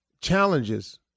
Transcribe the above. Challenges